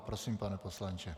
Prosím, pane poslanče.